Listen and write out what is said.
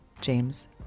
James